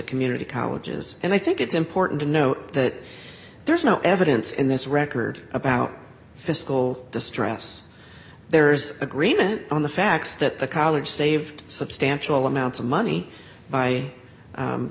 community colleges and i think it's important to note that there's no evidence in this record about fiscal distress there's agreement on the facts that the college saved substantial amounts of money by